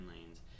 lanes